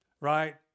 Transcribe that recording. right